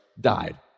died